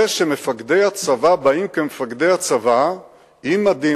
זה שמפקדי הצבא באים כמפקדי הצבא עם מדים,